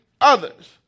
others